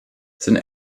seine